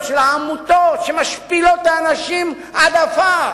של העמותות שמשפילות את האנשים עד עפר,